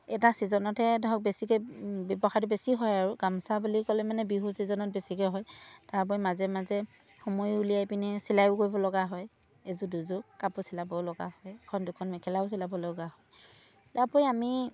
এটা ছিজনতহে ধৰক বেছিকৈ ব্যৱসায়টো বেছি হয় আৰু গামোচা বুলি ক'লে মানে বিহু ছিজনত বেছিকৈ হয় তাৰ উপৰি মাজে মাজে সময় উলিয়াই পিনে চিলাইও কৰিব লগা হয় এযোৰ দুযোৰ কাপোৰ চিলাব লগা হয় এখন দুখন মেখেলাও চিলাব লগা হয় তাৰ উপৰি আমি